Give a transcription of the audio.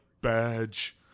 badge